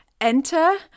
Enter